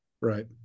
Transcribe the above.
Right